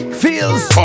feels